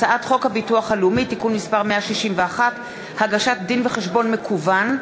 הצעת חוק הביטוח הלאומי (תיקון מס' 161) (הגשת דין-וחשבון מקוון),